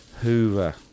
Hoover